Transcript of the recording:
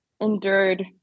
endured